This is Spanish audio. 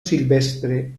silvestre